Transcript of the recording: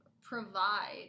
provide